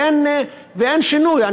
ואין שינוי.